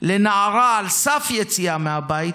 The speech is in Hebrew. לנערה על סף יציאה מהבית,